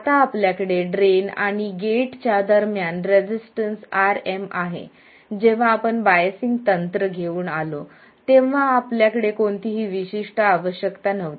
आता आपल्याकडे ड्रेन आणि गेटच्या दरम्यान रेसिस्टन्स Rm आहे जेव्हा आपण बाईसिंग तंत्र घेऊन आलो तेव्हा आपल्याला कोणतीही विशिष्ट आवश्यकता नव्हती